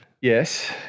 Yes